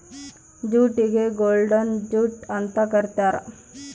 ಜೂಟಿಗೆ golden jute ಅಂತ ಕರೀತಾರ